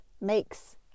makes